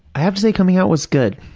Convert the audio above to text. actually, coming out was good.